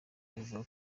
bivuga